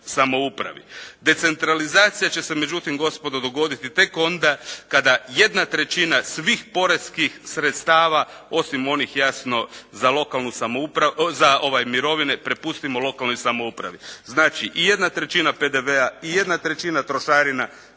Decentralizacija će se međutim, gospodo dogoditi kada jedna trećina svih poreskih sredstava osim onih jasno za mirovine prepustimo lokalnoj samoupravi, znači jedna trećina PDV-a i jedna trećina trošarina